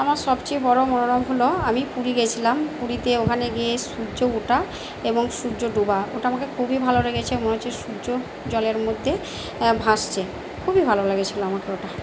আমার সবচেয়ে বড়ো মনোরম হল আমি পুরী গেছিলাম পুরীতে ওখানে গিয়ে সূর্য ওঠা এবং সূর্য ডোবা ওটা আমাকে খুবই ভালো লেগেছে মনে হচ্ছে সূর্য জলের মধ্যে ভাসছে খুবই ভালো লেগেছিলো আমাকে ওটা